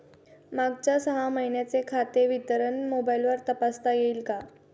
मागच्या सहा महिन्यांचे खाते विवरण मोबाइलवर तपासता येईल का?